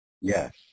Yes